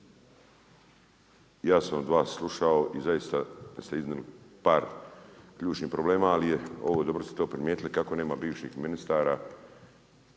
ja sam vas slušao i zaista ste iznijeli par ključnih problema, ali dobro ste to primijetili, kako nema bivših ministara